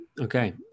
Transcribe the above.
Okay